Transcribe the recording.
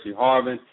Harvin